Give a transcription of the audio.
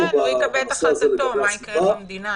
כן, הוא יקבל את החלטתו מה יקרה במדינה.